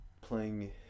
playing